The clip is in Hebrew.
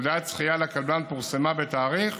הודעת זכייה לקבלן פורסמה בתאריך